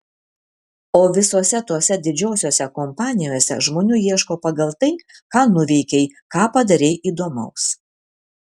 o visose tose didžiosiose kompanijose žmonių ieško pagal tai ką nuveikei ką padarei įdomaus